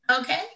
okay